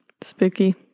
Spooky